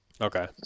Okay